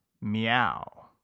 meow